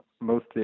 mostly